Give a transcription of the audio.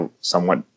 somewhat